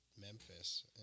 Memphis